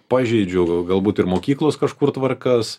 pažeidžiu galbūt ir mokyklos kažkur tvarkas